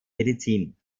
medizin